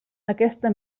aquesta